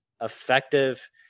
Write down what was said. effective